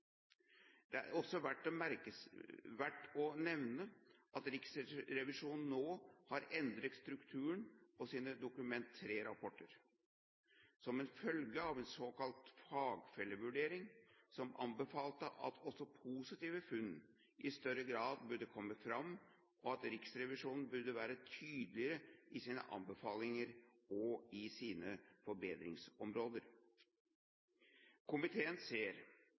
Det er også verdt å nevne at Riksrevisjonen nå har endret strukturen på sine Dokument 3-rapporter som en følge av en såkalt fagfellevurdering som anbefalte at også positive funn i større grad burde komme fram, og at Riksrevisjonen burde være tydeligere i sine anbefalinger og i sine forbedringsområder. Komiteen ser